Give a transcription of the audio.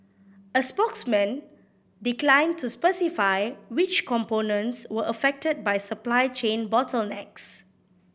a spokesman declined to specify which components were affected by supply chain bottlenecks